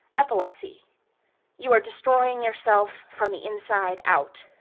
epilepsy you are destroying yourself from the inside out.